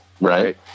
right